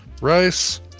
rice